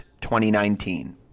2019